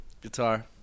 Guitar